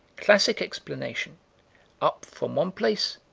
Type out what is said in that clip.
classic explanation up from one place,